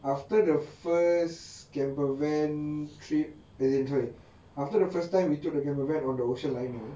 after the first camper van trip sorry after the first time we took the camper van on the ocean liner